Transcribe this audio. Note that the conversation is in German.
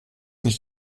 nicht